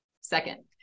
Second